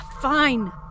fine